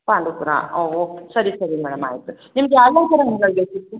ಪಾಂಡುಪುರ ಹಾಂ ಓಕೆ ಸರಿ ಸರಿ ಮೇಡಮ್ ಆಯ್ತು ನಿಮಗೆ ಯಾವ್ಯಾವ ಥರ ಹಣ್ಗಳು ಬೇಕಿತ್ತು